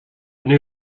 new